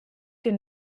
den